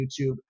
YouTube